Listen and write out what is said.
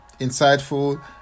insightful